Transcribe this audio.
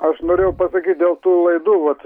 aš norėjau pasakyt dėl tų laidų vat